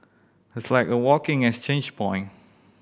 it's like a walking exchange point